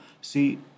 See